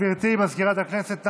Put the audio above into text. גברתי מזכירת הכנסת,